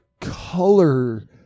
color